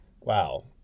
Wow